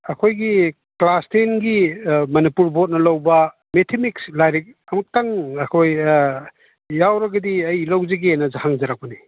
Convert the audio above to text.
ꯑꯩꯈꯣꯏꯒꯤ ꯀ꯭ꯂꯥꯁ ꯇꯦꯟꯒꯤ ꯃꯅꯤꯄꯨꯔ ꯕꯣꯠꯅ ꯂꯧꯕ ꯃꯦꯠꯊꯃꯦꯇꯤꯛꯁ ꯂꯥꯏꯔꯤꯛ ꯑꯃꯠꯇꯪ ꯑꯩꯈꯣꯏ ꯌꯥꯎꯔꯒꯗꯤ ꯑꯩ ꯂꯧꯖꯒꯦꯅ ꯍꯪꯖꯔꯛꯄꯅꯤ